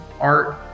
Art